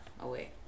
away